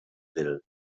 will